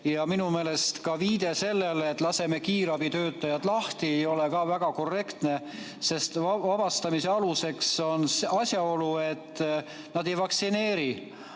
Ja minu meelest ka viide sellele, et laseme kiirabitöötajad lahti, ei ole väga korrektne, sest vabastamise aluseks on asjaolu, et nad ei ole vaktsineeritud.